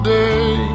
day